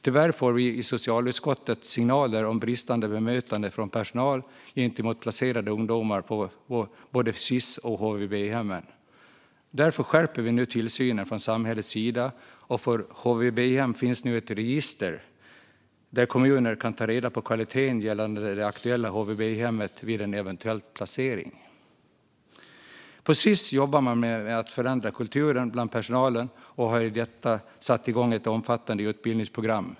Tyvärr får vi i socialutskottet signaler om bristande bemötande från personal gentemot placerade ungdomar på både Sis och HVB-hem. Därför skärper vi nu tillsynen från samhällets sida. Och för HVB-hem finns det nu ett register där kommuner kan ta reda på kvaliteten gällande det aktuella HVB-hemmet vid en eventuell placering. På Sis jobbar man med att förändra kulturen bland personalen och har satt igång ett omfattande utbildningsprogram.